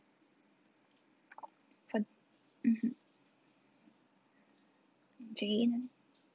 for mmhmm jane